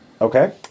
Okay